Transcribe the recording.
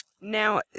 Now